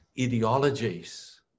ideologies